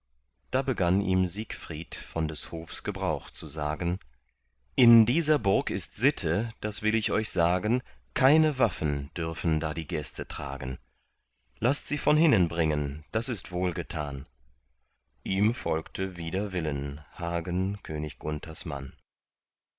da begann ihm siegfried von des hofs gebrauch zu sagen in dieser burg ist sitte das will ich euch sagen keine waffen dürfen da die gäste tragen laßt sie von hinnen bringen das ist wohlgetan ihm folgte wider willen hagen könig